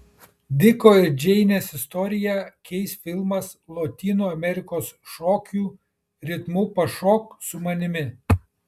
diko ir džeinės istoriją keis filmas lotynų amerikos šokių ritmu pašok su manimi